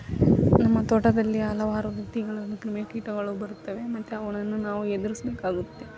ನಮ್ಮ ತೋಟದಲ್ಲಿ ಹಲವಾರು ಭಿತ್ತಿಗಳನ್ನು ಕ್ರಿಮಿ ಕೀಟಗಳು ಬರುತ್ತವೆ ಮತ್ತು ಅವುಗಳನ್ನು ನಾವು ಎದುರಿಸ್ಬೇಕಾಗುತ್ತೆ